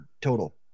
total